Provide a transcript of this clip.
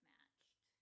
Matched